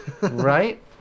Right